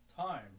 time